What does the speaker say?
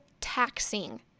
taxing